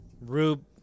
Rube